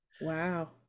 wow